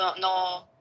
no